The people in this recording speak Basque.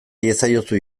iezaiozu